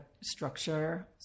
structure